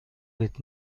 with